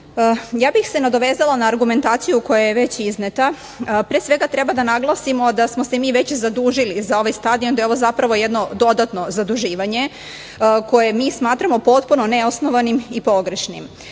bih se nadovezala na argumentaciju koja je već izneta. Pre svega treba da naglasimo da smo se mi već zadužili za ovaj stadion, da je ovo zapravo jedno dodatno zaduživanje koje mi smatramo potpuno neosnovanim i pogrešnim.